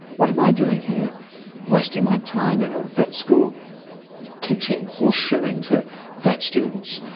what am i doing here wasting my time in a vet school teaching horse-shoeing to vet students?